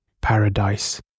paradise